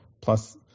Plus